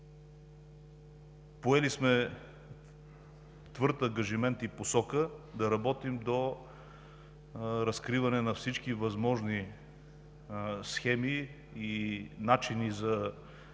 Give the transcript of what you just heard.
Поели сме твърд ангажимент и посока да работим до разкриване на всички възможни схеми и начини за неправилно